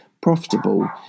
profitable